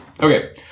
Okay